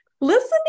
listening